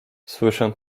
słyszę